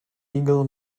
eagle